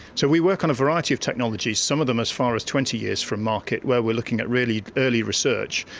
so we work on a variety of technologies, some of them as far as twenty years from market, where we are looking at really early research.